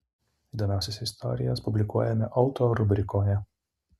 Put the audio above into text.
įdomiausias istorijas publikuojame auto rubrikoje